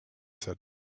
said